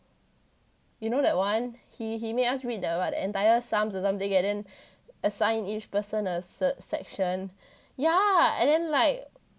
you know that one he he made us read the entire sums or something and then assign each person a cert~ section ya and then like